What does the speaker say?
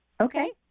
Okay